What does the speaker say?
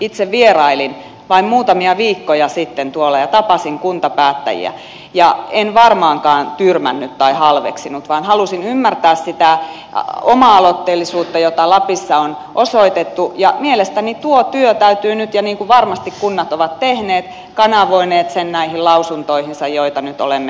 itse vierailin vain muutamia viikkoja sitten tuolla ja tapasin kuntapäättäjiä ja en varmaankaan tyrmännyt tai halveksinut vaan halusin ymmärtää sitä oma aloitteellisuutta jota lapissa on osoitettu ja mielestäni tuo työ täytyy nyt kanavoida ja niin kuin varmasti kunnat ovat tehneet kanavoineet sen näihin lausuntoihinsa joita nyt olemme odottaneet